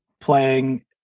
playing